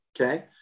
Okay